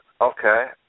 Okay